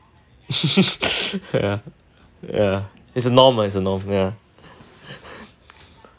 ya ya is a norm ah is a norm ya